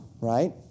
right